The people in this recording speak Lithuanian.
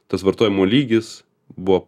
tas vartojimo lygis buvo